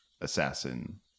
assassin